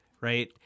right